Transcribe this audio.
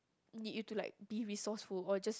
need you to like be resourceful or just